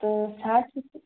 تو ساٹھ روپے